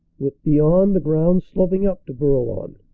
with beyond the ground sloping up to bourlon,